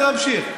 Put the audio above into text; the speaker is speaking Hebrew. תני לי להמשיך.